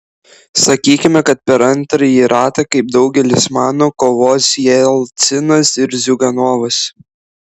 sakykime kad per antrąjį ratą kaip daugelis mano kovos jelcinas ir ziuganovas